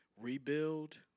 rebuild